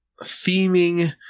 theming